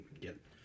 get